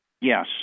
Yes